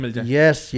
Yes